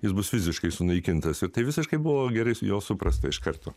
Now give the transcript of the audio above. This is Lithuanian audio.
jis bus fiziškai sunaikintas ir tai visiškai buvo geras jo suprasta iš karto